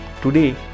Today